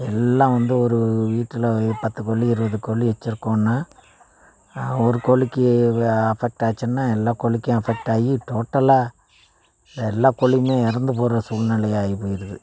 எல்லாம் வந்து ஒரு வீட்டில் பத்து கோழி இருபது கோழி வெச்சுருக்கோன்னா ஒரு கோழிக்கி வ அஃபெக்ட் ஆச்சுன்னால் எல்லா கோழிக்கும் அஃபெக்ட் ஆகி டோட்டலாக எல்லா கோழியுமே இறந்து போகிற சூழ்நெலை ஆகிப் போய்விடுது